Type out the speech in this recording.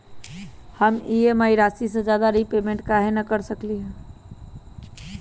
हम ई.एम.आई राशि से ज्यादा रीपेमेंट कहे न कर सकलि ह?